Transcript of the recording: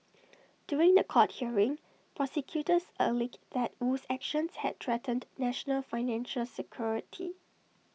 during The Court hearing prosecutors alleged that Wu's actions had threatened national financial security